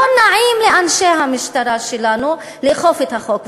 היא אמרה: לא נעים לאנשי המשטרה שלנו לאכוף את החוק.